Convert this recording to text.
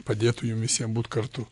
padėtų jum visiem būt kartu